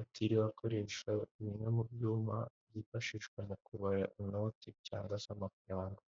atiriwe akoresha bimwe mu byuma byifashishwa mu kubara inoti cyangwa se amafaranga.